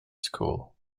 school